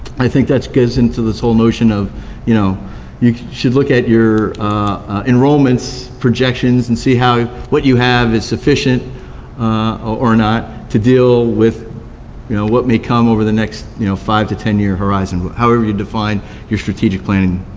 i think that goes into this whole notion that you know you should look at your enrollment projections and see what you have is sufficient or not to deal with you know what may come over the next you know five to ten year horizon, however you define your strategic planning